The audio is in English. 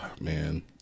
man